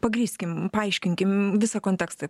pagrįskim paaiškinkim visą kontekstą